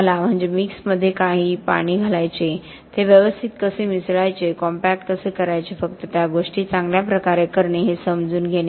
मला म्हणजे मिक्समध्ये किती पाणी घालायचे ते व्यवस्थित कसे मिसळायचे कॉम्पॅक्ट कसे करायचे फक्त त्या गोष्टी चांगल्या प्रकारे करणे हे समजून घेणे